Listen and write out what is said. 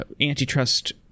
antitrust